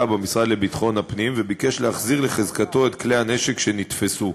במשרד לביטחון נפנים וביקש להחזיר לחזקתו את כלי הנשק שנתפסו.